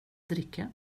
dricka